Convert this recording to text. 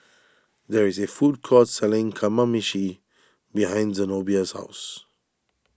there is a food court selling Kamameshi behind Zenobia's house